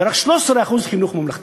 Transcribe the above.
ורק 13% בחינוך ממלכתי.